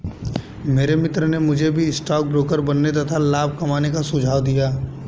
मेरे मित्र ने मुझे भी स्टॉक ब्रोकर बनने तथा लाभ कमाने का सुझाव दिया